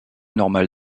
normale